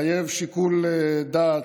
מחייב שיקול דעת,